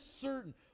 certain